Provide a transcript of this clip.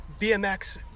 BMX